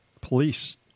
police